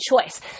choice